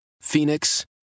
Phoenix